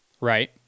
Right